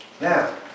now